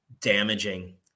damaging